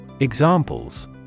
Examples